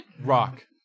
Rock